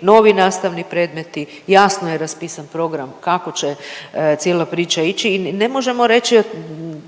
novi nastavni predmeti, jasno je raspisan program kako će cijela priča ići i ne možemo reći